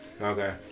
Okay